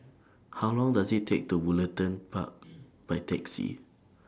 How Long Does IT Take to Woollerton Park By Taxi